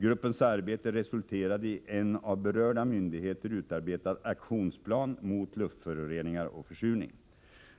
Gruppens arbete resulterade i en av berörda myndigheter utarbetad aktionsplan mot luftföroreningar och försurning.